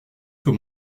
sur